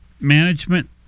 management